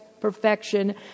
perfection